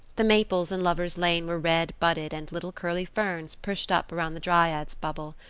the maples in lover's lane were red budded and little curly ferns pushed up around the dryad's bubble.